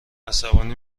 عصبانی